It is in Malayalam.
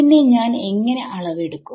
പിന്നെ ഞാൻ എങ്ങനെ അളവ് എടുക്കും